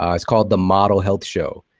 um it's called the model health show.